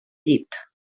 llit